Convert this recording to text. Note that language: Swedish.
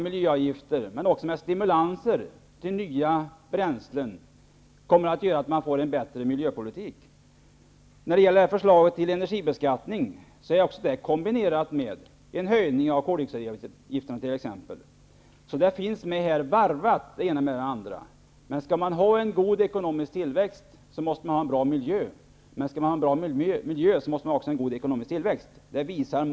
Miljöavgifter men också stimulanser till nya bränslen kommer att leda till att vi får en bättre miljöpolitik. Förslaget till energibeskattning är t.ex. kombinerat med en höjning av avgifterna för koldioxidutsläpp. Det ena är alltså varvat med det andra. Skall man ha en god ekonomisk tillväxt måste man ha en bra miljö, och skall man ha en bra miljö måste man ha en god ekonomisk tillväxt.